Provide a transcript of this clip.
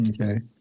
Okay